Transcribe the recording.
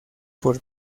por